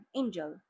angel